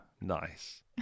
Nice